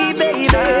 baby